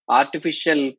artificial